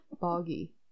boggy